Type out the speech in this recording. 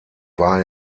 war